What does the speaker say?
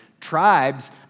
tribes